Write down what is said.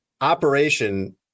operation